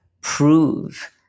prove